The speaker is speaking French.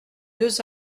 deux